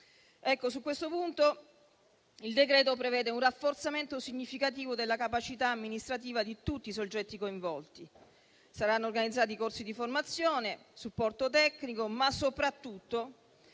Su questo punto il decreto-legge in esame prevede un rafforzamento significativo della capacità amministrativa di tutti i soggetti coinvolti; saranno organizzati corsi di formazione, supporto tecnico, ma soprattutto,